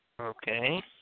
Okay